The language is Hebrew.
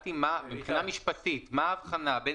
שאלתי מבחינה משפטית מה ההבחנה בין